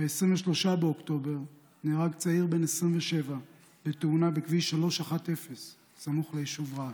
ב-23 באוקטובר נהרג צעיר בן 27 בתאונה בכביש 310 סמוך ליישוב רהט.